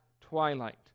twilight